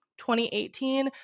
2018